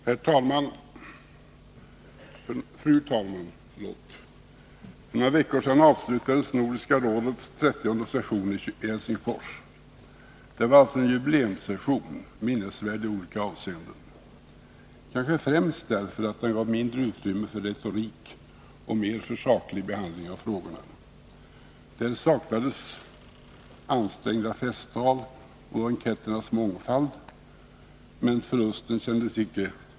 Fru talman! För någon vecka sedan avslutades Nordiska rådets 30:e session i Helsingfors. Det var alltså en jubileumssession, minnesvärd i olika avseenden, kanske främst därför att den gav mindre utrymme åt retorik och mer åt saklig behandling av frågorna. Där saknades ansträngda festtal och banketternas mångfald. Den förlusten kändes icke svår.